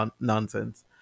nonsense